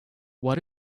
what